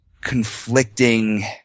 conflicting